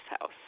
House